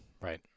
Right